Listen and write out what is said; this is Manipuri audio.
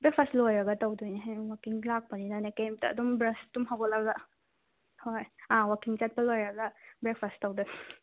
ꯕ꯭ꯔꯦꯛꯐꯥꯁ ꯂꯣꯏꯔꯒ ꯇꯧꯗꯣꯏꯅꯦ ꯍꯌꯦꯡ ꯋꯥꯛꯀꯤꯡ ꯂꯥꯛꯄꯅꯤꯅ ꯀꯩꯝꯇ ꯑꯗꯨꯝ ꯕ꯭ꯔꯁ ꯇꯨꯝ ꯍꯧꯒꯠꯂꯒ ꯍꯣꯏ ꯑꯥ ꯋꯥꯛꯀꯤꯡ ꯆꯠꯄ ꯂꯣꯏꯔꯒ ꯕ꯭ꯔꯦꯛꯐꯥꯁ ꯇꯧꯗꯣꯏꯅꯦ